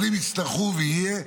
אבל אם יצטרכו ותהיה,